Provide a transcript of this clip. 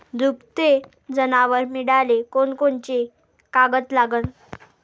दुभते जनावरं मिळाले कोनकोनचे कागद लागन?